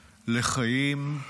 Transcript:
לחיים,